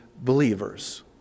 believers